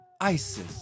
Isis